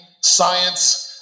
science